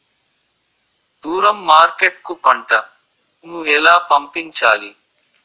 దూరం మార్కెట్ కు పంట ను ఎలా పంపించాలి?